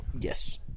Yes